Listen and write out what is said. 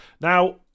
Now